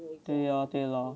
对 lor